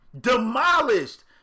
Demolished